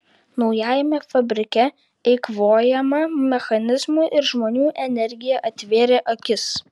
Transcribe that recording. naujajame fabrike eikvojama mechanizmų ir žmonių energija atvėrė akis